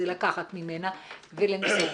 זה לקחת ממנה ולנהל.